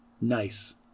nice